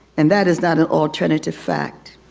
and that is not an alternative fact.